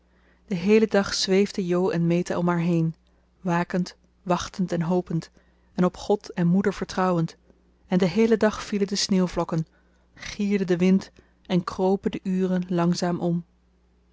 den heelen dag zweefden jo en meta om haar heen wakend wachtend en hopend en op god en moeder vertrouwend en den heelen dag vielen de sneeuwvlokken gierde de wind en kropen de uren langzaam om